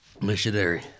Missionary